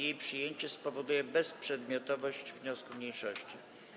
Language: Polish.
Jej przyjęcie spowoduje bezprzedmiotowość wniosku mniejszości.